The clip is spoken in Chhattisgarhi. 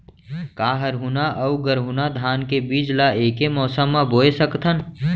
का हरहुना अऊ गरहुना धान के बीज ला ऐके मौसम मा बोए सकथन?